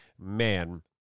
man